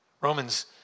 Romans